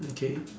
okay